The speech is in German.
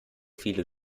viele